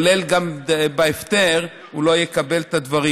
וגם בהפטר הוא לא יקבל את הדברים.